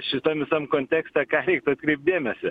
šitam visam kontekste ką reiktų atkreipt dėmesį